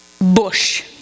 bush